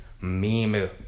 meme